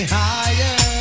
higher